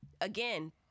again